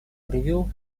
привел